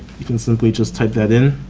you can simply just type that in.